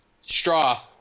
straw